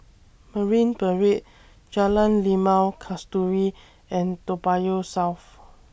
Marine Parade Jalan Limau Kasturi and Toa Payoh South